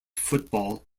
football